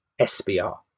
SBR